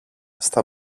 στα